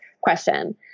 question